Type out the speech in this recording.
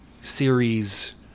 series